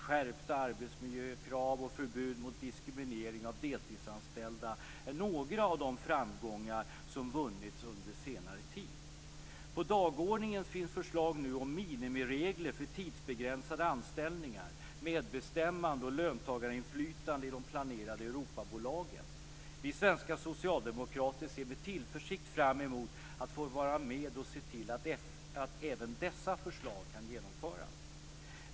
skärpta arbetsmiljökrav och förbud mot diskriminering av deltidsanställda är några av de framgångar som vunnits under senare tid. På dagordningen finns nu förslag om minimiregler om tidsbegränsade anställningar, medbestämmande och löntagarinflytande i de planerade Europabolagen. Vi svenska socialdemokrater ser med tillförsikt fram emot att få vara med att se till att även dessa förslag kan genomföras.